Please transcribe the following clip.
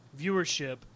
viewership